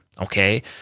Okay